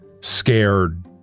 scared